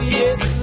yes